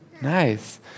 Nice